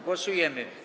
Głosujemy.